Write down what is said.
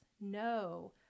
No